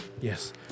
Yes